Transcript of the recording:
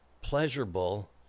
pleasurable